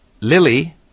lily